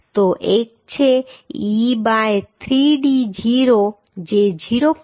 તો એક છે e બાય 3d0 જે 0